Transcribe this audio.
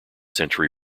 century